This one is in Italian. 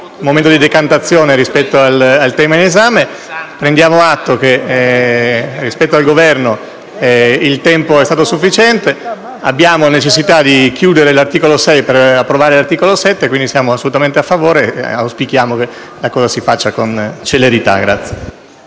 un momento di decantazione rispetto al tema in esame. Prendiamo atto del fatto che, rispetto al Governo, il tempo è stato sufficiente. Abbiamo necessità di concludere l'esame dell'articolo 6 per approvare l'articolo 7, quindi siamo assolutamente a favore della proposta e auspichiamo che lo si faccia con celerità.